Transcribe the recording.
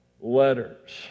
letters